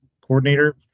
coordinator